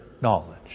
knowledge